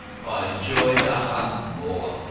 i enjoyed the hunt more.